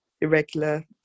irregular